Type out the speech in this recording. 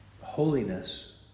holiness